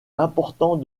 important